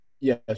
Yes